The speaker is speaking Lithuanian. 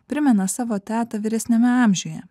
primena savo tetą vyresniame amžiuje